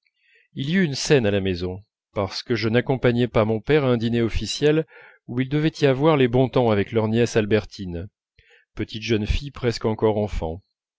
il y eut une scène à la maison parce que je n'accompagnai pas mon père à un dîner officiel où il devait y avoir les bontemps avec leur nièce albertine petite jeune fille presque encore enfant